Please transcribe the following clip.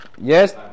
Yes